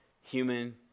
human